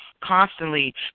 constantly